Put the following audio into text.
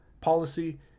policy